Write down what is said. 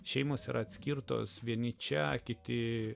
šeimos ir atskirtos vieni čia kiti